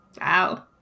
Wow